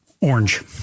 Orange